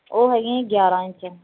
ਉਹ ਹੈਗੀਆਂ ਜੀ ਗਿਆਰਾਂ ਇੰਚ